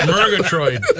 Murgatroyd